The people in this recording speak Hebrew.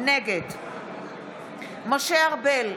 נגד משה ארבל,